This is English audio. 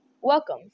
welcome